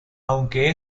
aunque